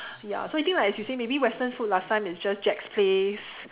ya so you think like as you say maybe Western food last time is just Jack's-place